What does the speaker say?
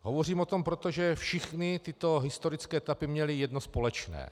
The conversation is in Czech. Hovořím o tom proto, že všechny tyto historické etapy měly jedno společné.